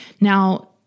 Now